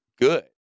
good